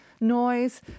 noise